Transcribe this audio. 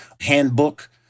Handbook